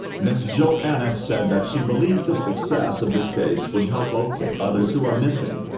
ms. johanneck said that she believed the success of this case would help locate others who are missing.